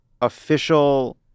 official